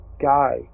guy